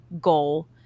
goal